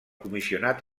comissionat